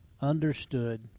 understood